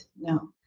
no